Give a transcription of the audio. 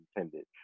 intended